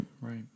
right